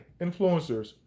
influencers